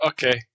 Okay